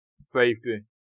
safety